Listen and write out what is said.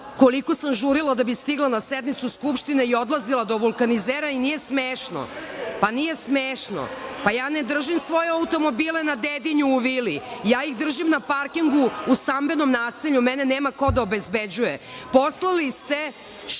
koliko sa žurila da bih stigla na sednicu Skupštine i odlazila do vulkanizera. Nije smešno. Pa, nije smešno. Ja ne držim svoje automobile na Dedinju u vili, ja ih držim na parkingu u stambenom naselju. Mene nema ko da obezbeđuje. Poslali ste